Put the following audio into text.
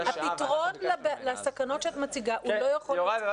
הפתרון לסכנות שאת מציגה לא יכול להיות סגירת המערכת.